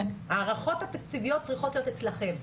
ההערכות התקציביות צריכות להיות אצלכם.